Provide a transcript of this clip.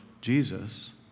Jesus